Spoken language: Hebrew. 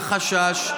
אל חשש.